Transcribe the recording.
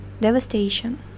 devastation